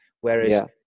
Whereas